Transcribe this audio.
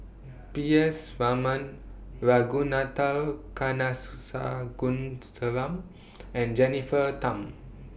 P S Raman Ragunathar and Jennifer Tham